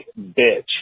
bitch